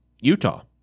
Utah